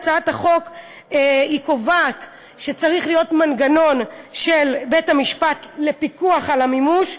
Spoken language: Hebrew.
הצעת החוק קובעת שצריך להיות מנגנון של בית-המשפט לפיקוח על המימוש,